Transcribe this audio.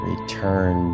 Return